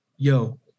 Yo